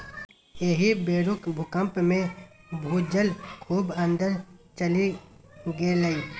एहि बेरुक भूकंपमे भूजल खूब अंदर चलि गेलै